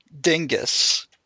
dingus